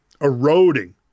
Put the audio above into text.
eroding